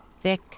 thick